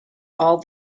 all